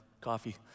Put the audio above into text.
coffee